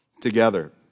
together